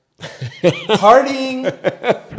Partying